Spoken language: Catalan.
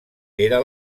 era